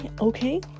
Okay